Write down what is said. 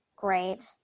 Great